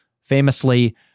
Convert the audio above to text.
famously